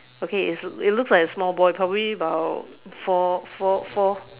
okay it it looks like a small boy probably about four four four